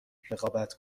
رقابت